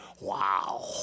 wow